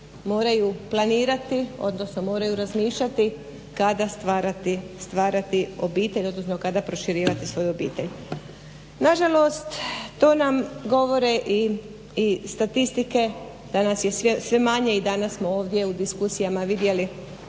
moraju planirati, odnosno moraju razmišljati kada stvarati obitelj, odnosno kada proširivati svoju obitelj. Nažalost to nam govore i statistike da nas je sve manje i danas smo ovdje u diskusijama vidjeli